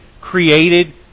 created